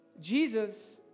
Jesus